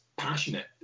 passionate